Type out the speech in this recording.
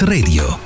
Radio